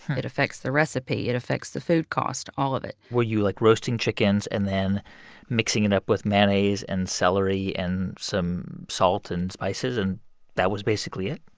it affects the recipe. it affects the food cost, all of it were you, like, roasting chickens and then mixing it up with mayonnaise and celery and some salt and spices, and that was basically it?